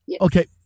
Okay